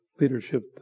Leadership